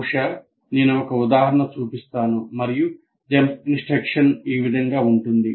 బహుశా నేను ఒక ఉదాహరణ చూపిస్తాను మరియు జంప్ ఇన్స్ట్రక్షన్ ఈ విధంగా ఉంటుంది